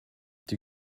die